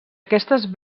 aquestes